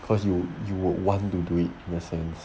cause you you would want to do it in a sense